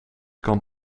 kan